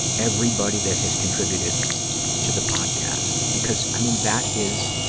everybody that has contributed to the podcast, because, i mean, that is,